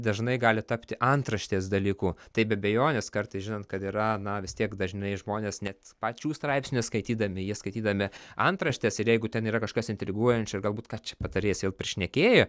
dažnai gali tapti antraštės dalyku tai be abejonės kartais žinant kad yra na vis tiek dažnai žmonės net pačių straipsnių skaitydami jie skaitydami antraštes ir jeigu ten yra kažkas intriguojančio ir galbūt ką čia patarėjas vėl prišnekėjo